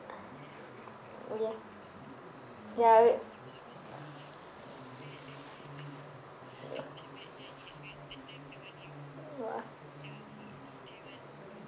okay ya w~ !wah!